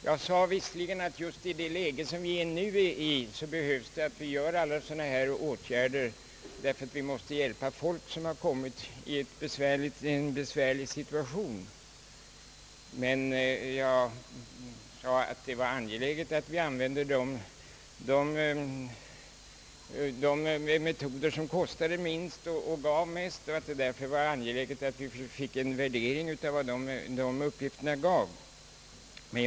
Jag sade visserligen att just i det läge vari vi befinner oss, så behövs det att vi vidtar alla åtgärder av arbetsmarknadspolitisk art, därför att vi måste hjälpa folk som har kommit i en besvärlig situation. Men jag sade att det är angeläget att använda de metoder, som kostar minst och ger mest, och att det därför är angeläget att vi får en värdering av vad dessa åtgärder ger.